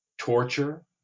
torture